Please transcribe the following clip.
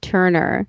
Turner